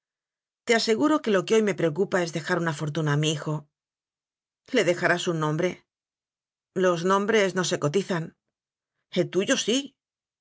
pe aseguro que lo que hoy me preocupa es dejar una fortuna a mi hijo le dejarás un nombre los nombres no se cotizan el tuyo sí